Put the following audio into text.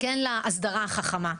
כן להסדרה החכמה.